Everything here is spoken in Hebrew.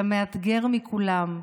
למאתגר מכולם,